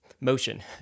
motion